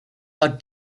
are